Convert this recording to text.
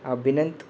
Abhinanth